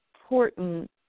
important